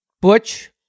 Butch